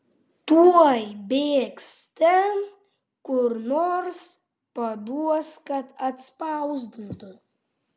tuoj bėgs ten kur nors paduos kad atspausdintų